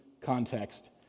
context